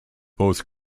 both